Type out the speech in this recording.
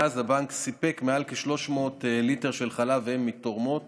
מאז הבנק סיפק מעל כ-300 ליטר של חלב אם מתורמות